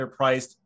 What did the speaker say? underpriced